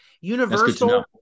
universal